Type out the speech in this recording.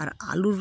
আর আলুর